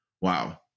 Wow